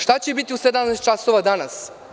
Šta će biti u 17,00 časova danas?